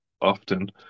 often